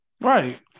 Right